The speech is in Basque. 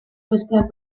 besteak